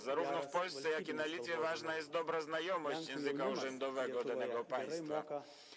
Zarówno w Polsce, jak i na Litwie ważna jest dobra znajomość języka urzędowego danego państwa.